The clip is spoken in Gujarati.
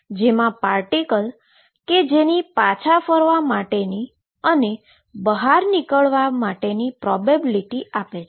જેમા પાર્ટીકલ કે જેની પાછા ફરવા માટેની અને બહાર નીકળવાની પ્રોબેબીલીટી આપે છે